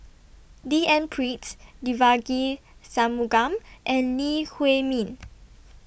D N Pritt Devagi Sanmugam and Lee Huei Min